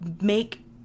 make